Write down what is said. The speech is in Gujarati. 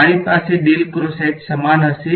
મારી પાસે સમાન હશે